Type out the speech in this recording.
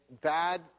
bad